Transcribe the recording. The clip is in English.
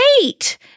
wait